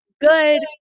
good